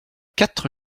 quatre